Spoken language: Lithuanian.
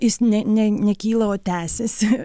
jis ne ne nekyla o tęsiasi